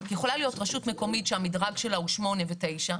יכולה להיות רשות מקומית שהמדרג שלה הוא 8 ו-9,